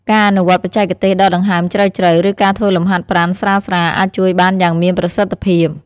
ការអនុវត្តបច្ចេកទេសដកដង្ហើមជ្រៅៗ ឬការធ្វើលំហាត់ប្រាណស្រាលៗអាចជួយបានយ៉ាងមានប្រសិទ្ធភាព។